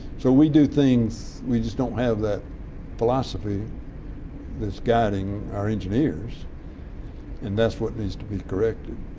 so we do things. we just don't have that philosophy that's guiding our engineers and that's what needs to be corrected.